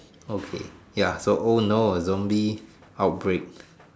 okay ya so oh no zombie outbreak